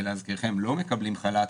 ולהזכירכם לא מקבלים חל"ת,